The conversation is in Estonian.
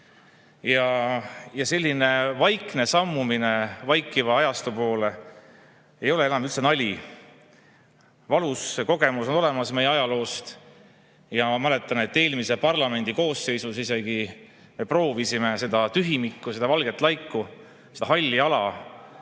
selline vaikne sammumine vaikiva ajastu poole ei ole enam üldse nali. Valus kogemus on olemas meie ajaloost. Ma mäletan, et eelmises parlamendi koosseisus isegi me proovisime seda tühimikku, seda valget laiku, seda halli ala